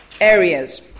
areas